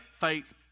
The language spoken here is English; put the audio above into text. faith